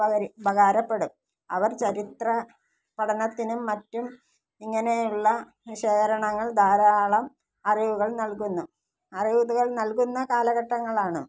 ഉപകരി ഉപകാരപ്പെടും അവർ ചരിത്ര പഠനത്തിനും മറ്റും ഇങ്ങനെയുള്ള ശേഖരണങ്ങൾ ധാരാളം അറിവുകൾ നൽകുന്നു അറിവുകൾ നൽകുന്ന കാലഘട്ടങ്ങളാണ്